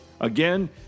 Again